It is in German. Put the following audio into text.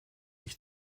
ich